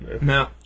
No